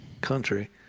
country